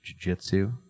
jujitsu